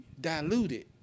diluted